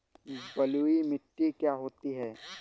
बलुइ मिट्टी क्या होती हैं?